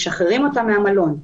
משחררים אותם מהמלון.